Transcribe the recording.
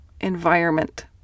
Environment